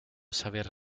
saber